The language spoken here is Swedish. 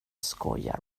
skojar